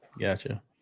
Gotcha